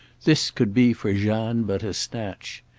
this could be for jeanne but a snatch.